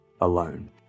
alone